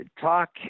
talk